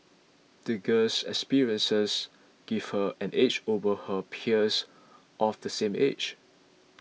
the girl's experiences gave her an edge over her peers of the same age